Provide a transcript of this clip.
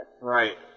Right